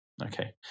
Okay